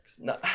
No